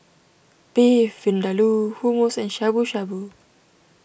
Beef Vindaloo Hummus and Shabu Shabu